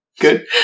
Good